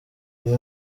uyu